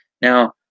Now